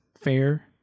fair